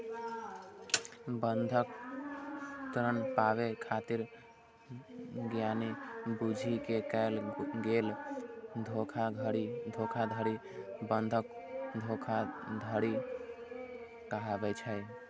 बंधक ऋण पाबै खातिर जानि बूझि कें कैल गेल धोखाधड़ी बंधक धोखाधड़ी कहाबै छै